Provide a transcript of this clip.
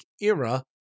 era